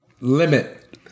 Limit